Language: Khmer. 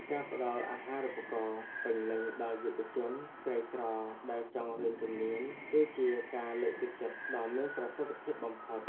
ការផ្តល់អាហារូបករណ៍ពេញលេញដល់យុវជនក្រីក្រដែលចង់រៀនជំនាញ គឺជាការលើកទឹកចិត្តដ៏មានប្រសិទ្ធភាពបំផុត។